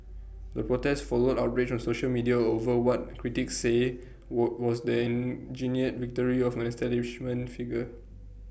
the protest followed outrage on social media over what critics say what was the engineered victory of establishment figure